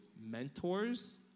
mentors